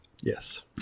Yes